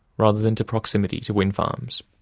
rather than to proximity to wind farms.